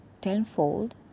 tenfold